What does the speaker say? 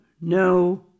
no